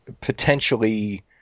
potentially